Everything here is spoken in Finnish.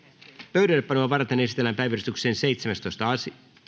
pöydällepanoa varten esitellään päiväjärjestyksen seitsemästoista